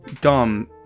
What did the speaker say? dumb